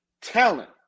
talent